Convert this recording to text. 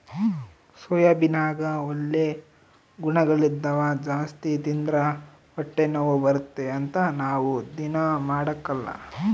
ಸೋಯಾಬೀನ್ನಗ ಒಳ್ಳೆ ಗುಣಗಳಿದ್ದವ ಜಾಸ್ತಿ ತಿಂದ್ರ ಹೊಟ್ಟೆನೋವು ಬರುತ್ತೆ ಅಂತ ನಾವು ದೀನಾ ಮಾಡಕಲ್ಲ